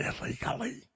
illegally